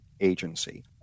agency